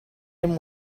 him